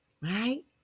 right